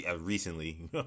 recently